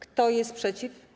Kto jest przeciw?